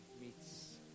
meets